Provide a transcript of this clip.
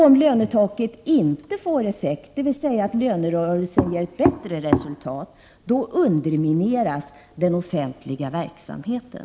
Om lönetaket inte får effekt, dvs. att lönerörelsen ger ett bättre resultat, undermineras den offentliga verksamheten.